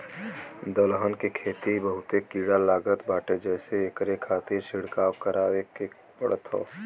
दलहन के खेत के बहुते कीड़ा लागत बाटे जेसे एकरे खातिर छिड़काव करवाए के पड़त हौ